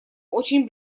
очень